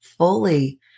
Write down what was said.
fully